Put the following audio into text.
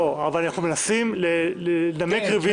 לא, אבל אנחנו מנסים לנמק רביזיה.